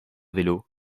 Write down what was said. vélo